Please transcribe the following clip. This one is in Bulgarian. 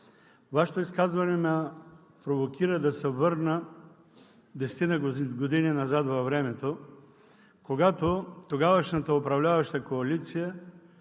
Вашето изказване ме провокира да се върна десетина години назад във времето, когато тогавашната управляваща коалиция,